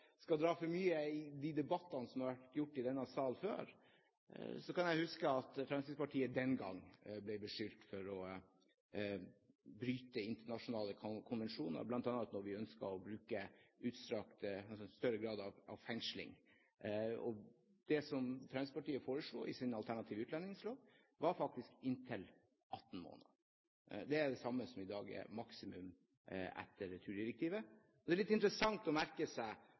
skal dra for mye i de debattene vi har hatt i denne salen før – at Fremskrittspartiet den gang ble beskyldt for å bryte internasjonale konvensjoner, bl.a. når vi ønsket å bruke større grad av fengsling. Det som Fremskrittspartiet foreslo i sin alternative utlendingslov, var faktisk inntil 18 måneder. Det er det samme som i dag er maksimum etter returdirektivet. Det er litt interessant å merke seg